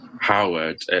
howard